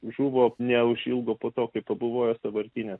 žuvo neužilgo po to kai pabuvojo sąvartyne